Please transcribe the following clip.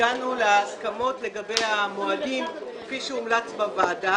הגענו להסכמות לגבי המועדים כפי שהומלץ בוועדה.